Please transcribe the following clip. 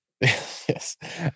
Yes